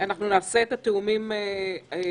אנחנו נעשה את התיאומים הנדרשים,